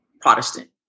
Protestant